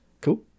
cool